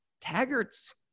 Taggart's